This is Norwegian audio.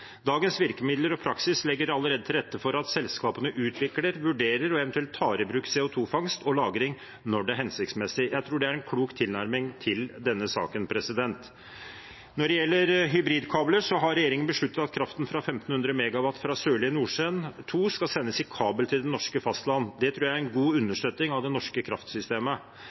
Dagens virkemidler og praksis legger allerede til rette for at selskapene utvikler, vurderer og eventuelt tar i bruk CO 2 -fangst og -lagring når det er hensiktsmessig. Jeg tror det er en klok tilnærming til denne saken. Når det gjelder hybridkabler, har regjeringen besluttet at kraften fra 1 500 MW fra Sørlige Nordsjø II skal sendes i kabel til det norske fastland. Det tror jeg er en god understøtting av det norske kraftsystemet.